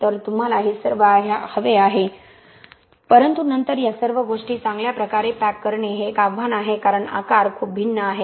तर तुम्हाला हे सर्व हवे आहे परंतु नंतर या सर्व गोष्टी चांगल्या प्रकारे पॅक करणे हे एक आव्हान आहे कारण आकार खूप भिन्न आहेत